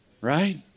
right